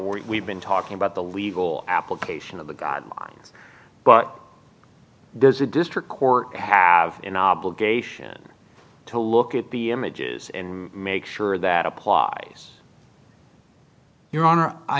we're we've been talking about the legal application of the guidelines but there's a district court to have an obligation to look at the images and make sure that applies your hon